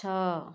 ଛଅ